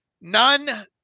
None